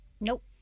Nope